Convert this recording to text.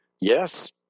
Yes